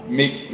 make